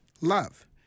love